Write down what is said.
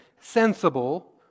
sensible